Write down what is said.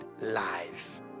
life